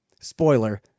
Spoiler